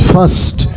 First